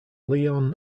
lyon